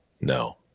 No